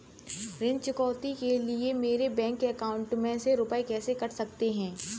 ऋण चुकौती के लिए मेरे बैंक अकाउंट में से रुपए कैसे कट सकते हैं?